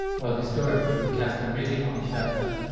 well historically it cast a really long shadow.